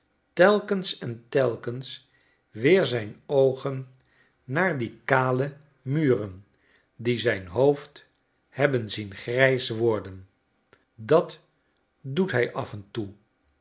telkens en telkens weer zijn oogen naar die kale philadelphia muren die zijn hoofd hebben zien grijs worden dat doet hij af en toe